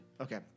Okay